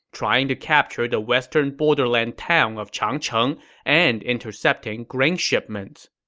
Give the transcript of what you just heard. trying to capture the western borderland town of changcheng and intercepting grain shipments.